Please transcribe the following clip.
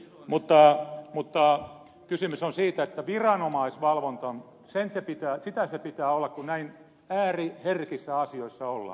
mutta kysymys on siitä että viranomaisvalvonta pitää olla kun näin ääriherkissä asioissa ollaan